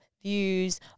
views